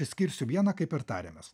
išskirsiu vieną kaip ir tarėmės